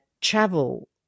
travel